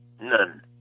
None